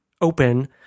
open